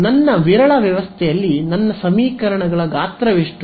ಆದ್ದರಿಂದ ನನ್ನ ವಿರಳ ವ್ಯವಸ್ಥೆಯಲ್ಲಿ ನನ್ನ ಸಮೀಕರಣಗಳ ಗಾತ್ರಎಷ್ಟು